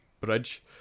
bridge